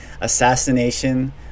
assassination